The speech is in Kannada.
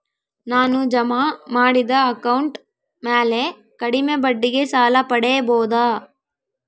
ನಾನು ಜಮಾ ಮಾಡಿದ ಅಕೌಂಟ್ ಮ್ಯಾಲೆ ಕಡಿಮೆ ಬಡ್ಡಿಗೆ ಸಾಲ ಪಡೇಬೋದಾ?